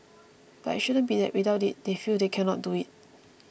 but it shouldn't be that without it they feel they cannot do it